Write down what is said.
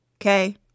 Okay